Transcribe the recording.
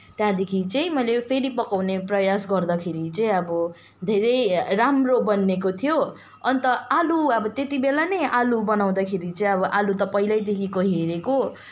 त्यहाँदेखि चाहिँ मैले फेरि पकाउने प्रयास गर्दाखेरि चाहिँ अब धेरै राम्रो बनिएको थियो अन्त आलु अब त्यति बेला नै आलु बनाउँदाखेरि चाहिँ अब आलु त पहिल्यैदेखिको हेरेको